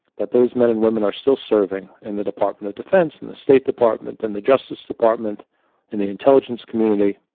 that those men and women are still serving in the department of defense and the state department and the justice department and the intelligence community,